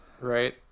right